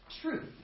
truth